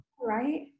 right